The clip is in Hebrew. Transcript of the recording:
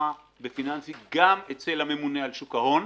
שמתמחה בפיננסים גם אצל הממונה על שוק ההון,